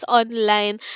online